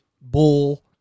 bull